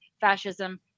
fascism